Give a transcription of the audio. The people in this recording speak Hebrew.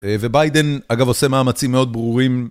וביידן אגב עושה מאמצים מאוד ברורים.